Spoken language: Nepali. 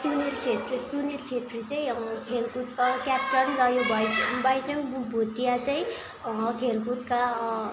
सुनिल छेत्री सुनिल छेत्री चाहिँ अब खेलकुदका क्याप्टन र यो भाइचुङ भाइचुङ भोटिया चाहिँ खेलकुदका